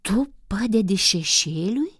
tu padedi šešėliui